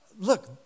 Look